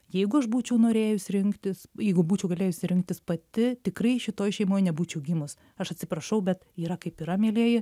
jeigu aš būčiau norėjus rinktis jeigu būčiau galėjusi rinktis pati tikrai šitoj šeimoj nebūčiau gimus aš atsiprašau bet yra kaip yra mielieji